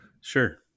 Sure